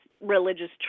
religious